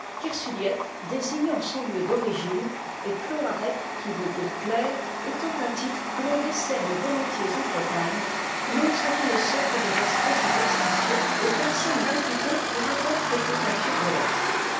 kersuliet désignant son lieu d'origine et cloarec qui veut dire clerc étant un titre que l'on décerne volontiers en bretagne non sans une sorte de respeet superstitieux aux personnes réputées pour avoir quelque teinture de lettres